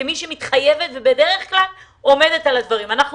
כמי שמתחייבת ובדרך כלל עומדת על הדברים: אנחנו